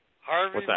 Harvey